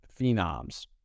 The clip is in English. phenoms